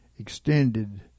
extended